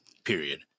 period